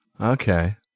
Okay